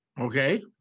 Okay